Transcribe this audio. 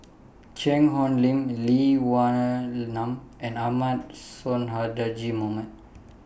Cheang Hong Lim Lee Wee Nam and Ahmad Sonhadji Mohamad